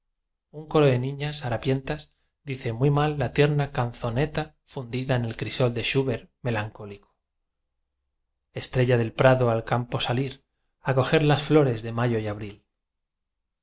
un coro de niñas harapientas dicen muy mal la tierna canzoneía fundida en el crisol de shuberí melan cólico estrella del prado al campo salir a coger las flores de mayo y a bril